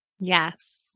Yes